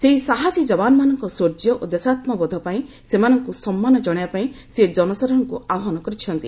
ସେହି ସାହସୀ ଯବାନମାନଙ୍କ ଶୌର୍ଯ୍ୟ ଓ ଦେଶାତ୍କବୋଧପାଇଁ ସେମାନଙ୍କୁ ସମ୍ମାନ ଜଣାଇବାପାଇଁ ସେ ଜନସାଧାରଣଙ୍କୁ ଆହ୍ୱାନ କରିଛନ୍ତି